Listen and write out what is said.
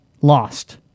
lost